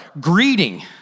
greeting